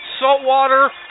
Saltwater